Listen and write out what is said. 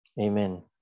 Amen